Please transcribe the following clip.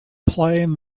playing